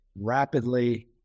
rapidly